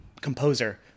composer